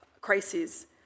crises